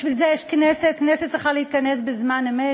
בשביל זה יש כנסת, כנסת צריכה להתכנס בזמן אמת.